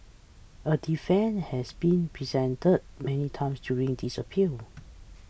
a defence has been presented many times during this appeal